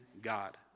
God